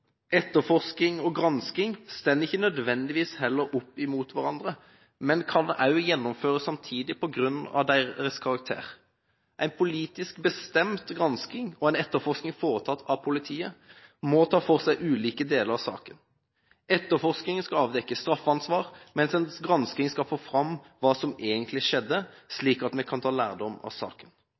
Etterforskning og gransking står heller ikke nødvendigvis mot hverandre, men kan også gjennomføres samtidig på grunn av deres karakter. En politisk bestemt gransking og en etterforskning foretatt av politiet må ta for seg ulike deler av saken. Etterforskningen skal avdekke straffeansvar, mens en gransking skal få fram hva som egentlig skjedde, slik at vi kan ta lærdom av saken.